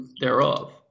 thereof